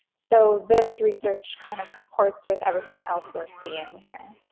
so this research kind of comports with everything else we're seeing here